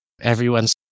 everyone's